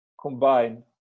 combine